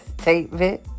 statement